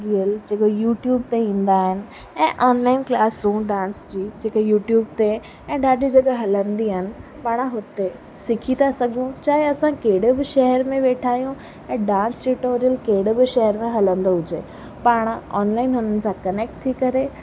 real जेको YouTube ते ईंदा आहिनि ऐं ऑनलाइन क्लासूं डांस जी जेका यूट्यूब ते ऐं ॾाढी जॻहि हलंदियूं आहिनि पाण हुते सिखी था सघूं चाहे असां कहिड़े बि शहर में वेठा आहियूं ऐं डांस ट्यूटोरियल कहिड़ो बि शहर में हलंदो हुजे पाण ऑनलाइन हुननि सां कनैक्ट थी करे